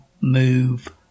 move